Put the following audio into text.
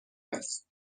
است